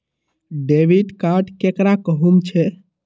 Debit card केकरा कहुम छे?